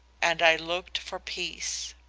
and i looked for peace.